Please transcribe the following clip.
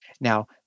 Now